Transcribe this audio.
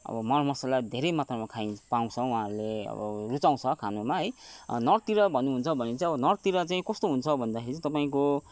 अब मर मसाला धेरै मात्रामा खाइन्छ पाउँछ उहाँहरूले अब रुचाउँछ खानामा है नर्थतिर भन्नुहुन्छ भने चाहिँ अब नर्थतिर चाहिँ कस्तो हुन्छ भन्दाखेरि चाहिँ तपाईँको